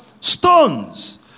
stones